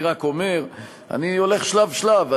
אני הולך שלב-שלב.